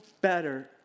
better